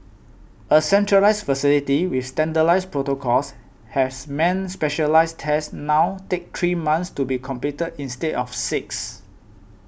a centralised facility with standardised protocols has meant specialised tests now take three months to be completed instead of six